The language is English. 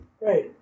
Right